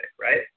right